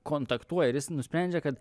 kontaktuoja ir jis nusprendžia kad